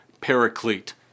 paraclete